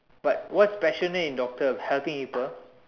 but what's passionate in doctor helping people